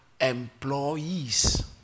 employees